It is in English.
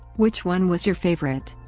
which one was your favorite?